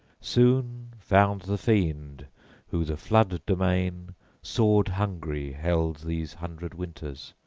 soon found the fiend who the flood-domain sword-hungry held these hundred winters,